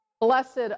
Blessed